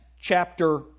chapter